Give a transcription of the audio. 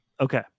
Okay